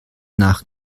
nach